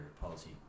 policy